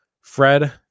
Fred